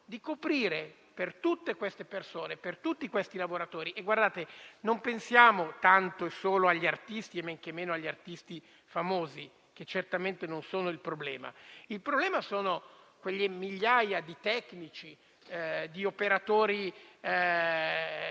di coprire tutte queste persone, tutti questi lavoratori. Non dobbiamo pensare tanto e solo agli artisti e men che meno agli artisti famosi, che certamente non sono il problema; il problema sono quelle migliaia di tecnici e di operatori